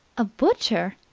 a butcher?